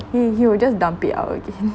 he he will just dump it out again